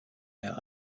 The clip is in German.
mehr